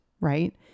right